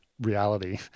reality